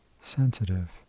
sensitive